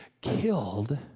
killed